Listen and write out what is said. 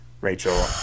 Rachel